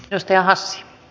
eesti as